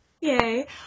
yay